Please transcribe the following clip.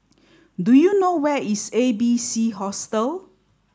do you know where is A B C Hostel